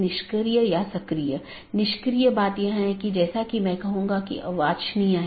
वर्तमान में BGP का लोकप्रिय संस्करण BGP4 है जो कि एक IETF मानक प्रोटोकॉल है